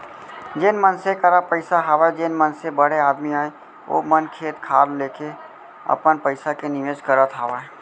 जेन मनसे करा पइसा हवय जेन मनसे बड़े आदमी अय ओ मन खेत खार लेके अपन पइसा के निवेस करत हावय